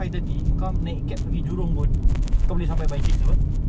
ah ku gi ni aku ambil puteri aku hantar dia balik rumah sengkang eh